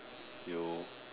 you